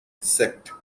sect